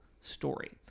story